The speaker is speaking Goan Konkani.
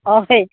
हय